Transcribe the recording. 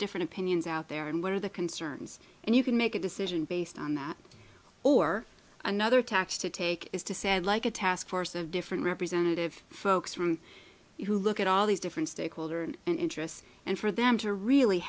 different opinions out there and what are the concerns and you can make a decision based on that or another tax to take is to say i'd like a task force of different representative folks from who look at all these different stakeholders and interests and for them to really